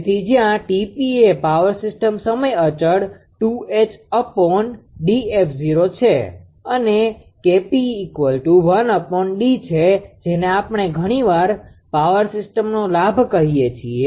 તેથી જ્યાં 𝑇𝑝 એ પાવર સિસ્ટમ સમય અચળ છે અને K𝑝 છે જેને આપણે ઘણી વાર પાવર સીસ્ટમનો લાભ કહીએ છીએ